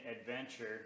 adventure